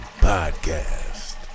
Podcast